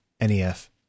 NEF